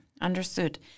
understood